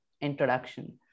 introduction